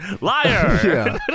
liar